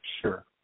Sure